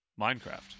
Minecraft